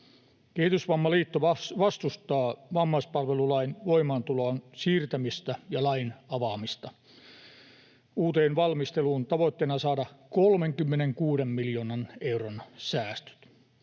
”Kehitysvammaliitto vastustaa vammaispalvelulain voimaantulon siirtämistä ja lain avaamista uuteen valmisteluun tavoitteena saada 36 miljoonan euron säästöt.”